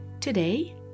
Today